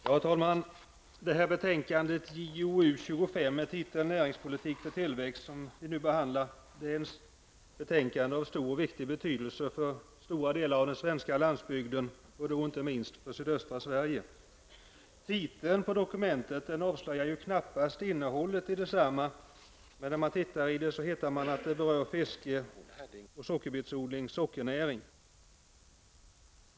Herr talman! Betänkandet JoU25 med titeln Näringspolitik för tillväxt, som vi nu behandlar, är ett betänkande av stor betydelse för stora delar av den svenska landsbygden, och då inte minst sydöstra Sverige. Titeln på dokumentet avslöjar knappast innehållet i detsamma, men när man tittar i det ser man att det berör fiske, sockerbetsodling och sockernäring.